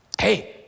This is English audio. hey